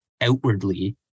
outwardly